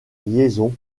liaisons